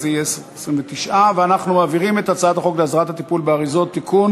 אז יהיה 29. ואנחנו מעבירים את הצעת החוק להסדרת הטיפול באריזות (תיקון,